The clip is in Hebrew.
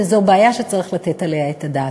וזו בעיה שצריך לתת עליה את הדעת.